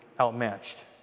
outmatched